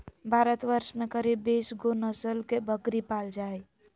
भारतवर्ष में करीब बीस गो नस्ल के बकरी पाल जा हइ